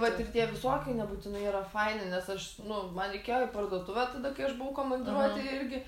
vat ir tie visoki nebūtinai yra faini nes aš nu man reikėjo į parduotuvę tada kai aš buvau komadiruotėj irgi